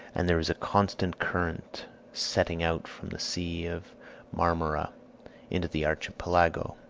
and there is a constant current setting out from the sea of marmora into the archipelago.